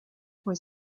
fue